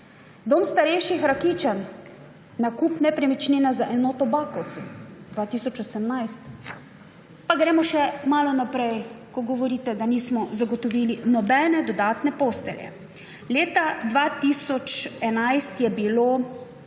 Dom starejših Rakičan, nakup nepremičnine za enoto Bakovci, leta 2018. Pa gremo še malo naprej, ko govorite, da nismo zagotovili nobene dodatne postelje. Leta 2011 je bilo